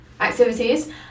activities